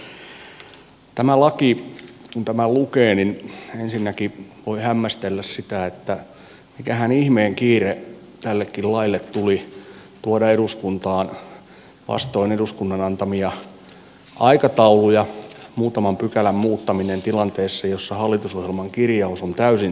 kun tämän lain lukee niin ensinnäkin voi hämmästellä sitä mikähän ihmeen kiire tällekin laille tuli tuoda eduskuntaan vastoin eduskunnan antamia aikatauluja muutaman pykälän muuttaminen tilanteessa jossa hallitusohjelman kirjaus on täysin selkeä